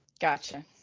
Gotcha